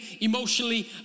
emotionally